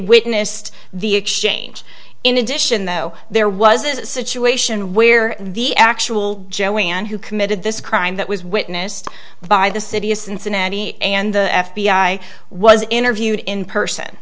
witness the exchange in addition though there was a situation where the actual joey man who committed this crime that was witnessed by the city of cincinnati and the f b i was interviewed in person